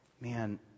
man